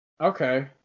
Okay